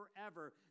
forever